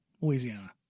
Louisiana